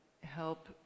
help